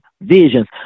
visions